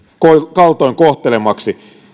kaltoinkohtelemiksi